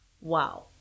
Wow